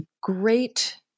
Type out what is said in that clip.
great